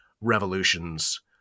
revolutions